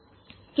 01sin 50t 3